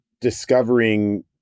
discovering